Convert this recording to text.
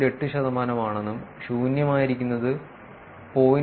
8 ശതമാനമാണെന്നും ശൂന്യമായിരിക്കുന്നത് 0